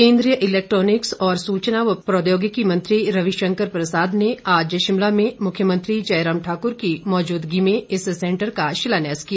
केंद्रीय इलैक्ट्रॉनिक्स और सूचना व प्रौद्योगिकी मंत्री रवि शंकर प्रसाद ने आज शिमला में मुख्यमंत्री जयराम ठाकुर की मौजूदगी में इस सेंटर का शिलान्यास किया